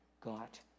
got